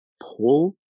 pull